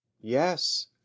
Yes